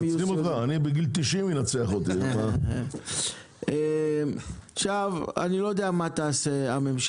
אותי ינצחו גם בני 90. אני לא יודע מה תעשה הממשלה,